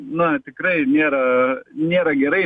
na tikrai nėra nėra gerai